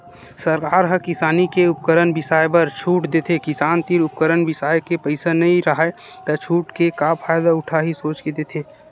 सरकार ह किसानी के उपकरन बिसाए बर छूट देथे किसान तीर उपकरन बिसाए के पइसा नइ राहय त छूट के का फायदा उठाही सोच के देथे